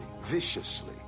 viciously